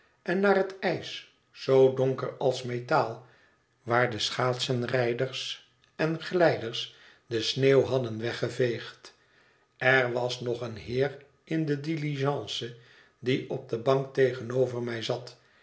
en naar het ijs zoo donker als metaal waar de schaatsenrijders en glijders de sneeuw hadden weggeveegd er was nog een heer in de diligence die op de bank tegenover mij zat